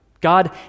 God